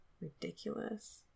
Ridiculous